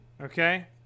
Okay